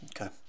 okay